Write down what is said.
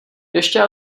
ještě